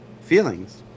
feelings